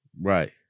Right